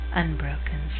unbroken